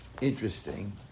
interesting